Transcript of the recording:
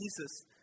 Jesus